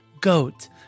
GOAT